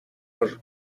were